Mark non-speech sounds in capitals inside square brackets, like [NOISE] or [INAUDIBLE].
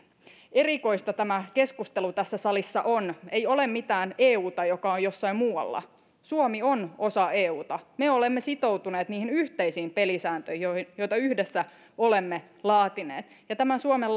erikoista tämä keskustelu tässä salissa on ei ole mitään euta joka on jossain muualla suomi on osa euta me olemme sitoutuneet niihin yhteisiin pelisääntöihin joita yhdessä olemme laatineet ja tämä suomen [UNINTELLIGIBLE]